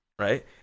right